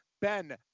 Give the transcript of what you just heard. Ben